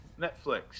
Netflix